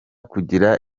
kugira